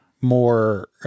more